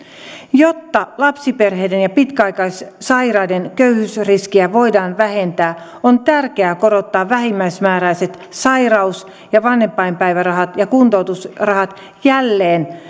jotta lapsiperheiden ja pitkäaikaissairaiden köyhyysriskiä voidaan vähentää on tärkeää korottaa vähimmäismääräiset sairaus ja vanhempainpäivärahat ja kuntoutusrahat jälleen